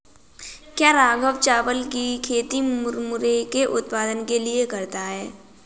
क्या राघव चावल की खेती मुरमुरे के उत्पाद के लिए करता है?